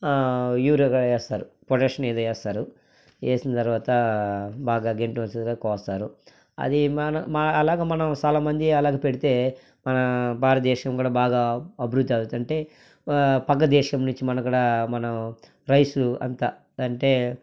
urea వేస్తారు potassium ఎదో వేస్తారు వేసిన తర్వాత బాగా గెంటు వచ్చిన తర్వాత కోస్తారు అది మన మ అలాగ మనం చాలా మంది అలాగ పెడితే మన భారతదేశం కూడా బాగా అభివృద్ధి అవుతుంటే వా పక్క దేశం నుంచి మనం కూడా మనం రైసు అంతా అంటే